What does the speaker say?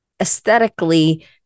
aesthetically